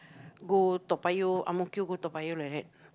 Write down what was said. go Toa-Payoh Ang-Mo-Kio go Toa-Payoh like that